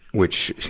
which,